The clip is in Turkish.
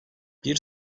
bir